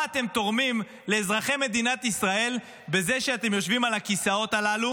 מה אתם תורמים לאזרחי מדינת ישראל בזה שאתם יושבים על הכיסאות הללו